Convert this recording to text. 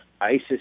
isis